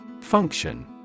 function